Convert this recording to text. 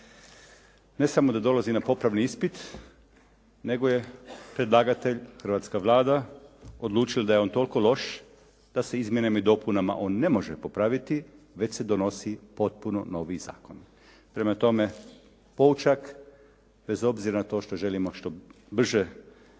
Ne samo da dolazi na popravni ispit nego je predlagatelj hrvatska Vlada odlučila da je on toliko loš da se izmjenama i dopunama on ne može popraviti već se donosi potpuno novi zakon. Prema tome poučak bez obzira na to što želimo što brže usvojiti